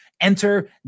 Enter